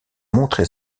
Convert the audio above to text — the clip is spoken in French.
montré